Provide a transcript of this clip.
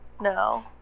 No